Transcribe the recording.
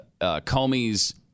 comey's